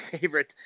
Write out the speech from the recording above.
favorite –